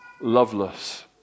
loveless